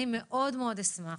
מאוד אשמח